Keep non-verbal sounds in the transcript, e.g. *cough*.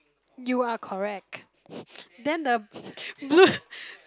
you are correct *breath* then the *laughs* blue